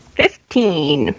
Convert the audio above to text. fifteen